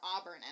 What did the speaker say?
auburn